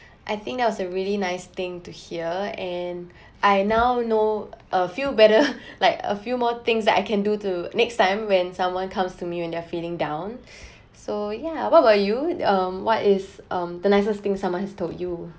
I think that was a really nice thing to hear and I now know a few better like a few more things that I can do to next time when someone comes to me when they are feeling down so ya what about you um what is um the nicest thing someone has told you